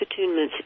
attunements